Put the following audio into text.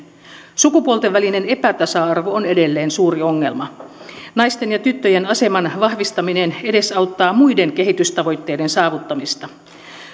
sukupuolten välinen epätasa arvo on edelleen suuri ongelma naisten ja tyttöjen aseman vahvistaminen edesauttaa muiden kehitystavoitteiden saavuttamista